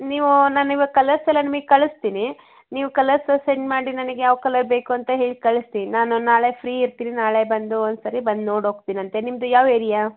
ನೀವು ನಾನು ಇವತ್ತು ಕಲರ್ಸ್ ಎಲ್ಲ ನಿಮಗ್ ಕಳಿಸ್ತೀನಿ ನೀವು ಕಲರ್ಸು ಸೆಂಡ್ ಮಾಡಿ ನನಗ್ ಯಾವ ಕಲರ್ ಬೇಕು ಅಂತ ಹೇಳಿ ಕಳಿಸಿ ನಾನು ನಾಳೆ ಫ್ರೀ ಇರ್ತೀನಿ ನಾಳೆ ಬಂದು ಒಂದು ಸರಿ ಬಂದು ನೋಡಿ ಹೋಗ್ತಿನಂತೆ ನಿಮ್ದು ಯಾವ ಏರಿಯ